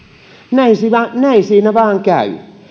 näin siinä näin siinä vain käy